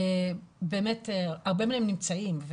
הרבה מהם נמצאים,